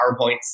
PowerPoints